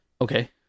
Okay